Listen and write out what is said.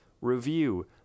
review